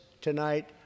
tonight